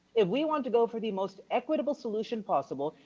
if we want to go for the most equitable solution possible,